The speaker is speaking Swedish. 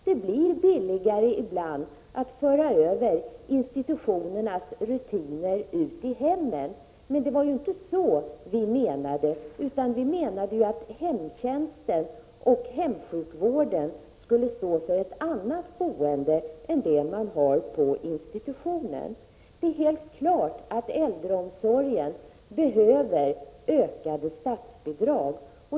Det blir billigare ibland att föra ut institutionernas rutiner i hemmen, men det var inte så vi menade, utan att hemtjänsten och hemsjukvården skulle stå för ett annat boende än det man har på institutioner. Det är helt klart att äldreomsorgen behöver ökade statsbidrag.